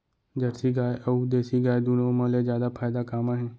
Jersey गाय अऊ देसी गाय दूनो मा ले जादा फायदा का मा हे?